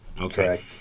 okay